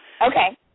Okay